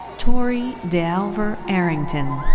torri de'alver arrington.